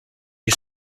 you